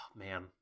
man